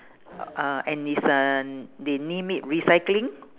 uh and it's an they name it recycling